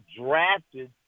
drafted